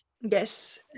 Yes